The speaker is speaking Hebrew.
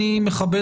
אני מכבד את זה.